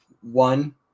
One